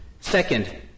Second